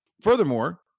furthermore